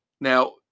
Now